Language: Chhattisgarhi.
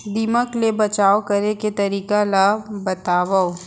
दीमक ले बचाव करे के तरीका ला बतावव?